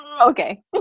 okay